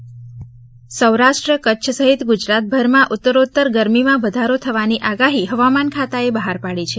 હવા માન સૌરાષ્ટ્ર કચ્છ સહિત ગુજરાતભરમાં ઊતરોતર ગરમીમાં વધારો થવાની આગાહી હવામાન ખાતાએ બહાર પાડી છે